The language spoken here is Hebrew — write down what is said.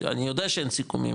אני יודע שאין סיכומים,